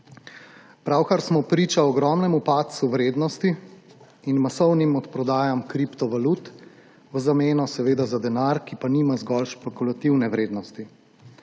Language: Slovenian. Pravkar smo priča ogromnemu padcu vrednosti in masovnim odprodajam kriptovalut v zameno za denar, ki pa nima zgolj špekulativne vrednosti.